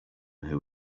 who